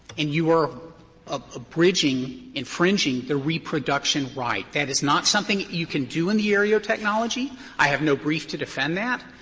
and you are ah abridging, infringing, the reproduction right. that is not something that you can do in the aereo technology. i have no brief to defend that.